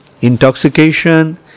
intoxication